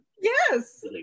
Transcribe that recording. Yes